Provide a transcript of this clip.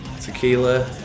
Tequila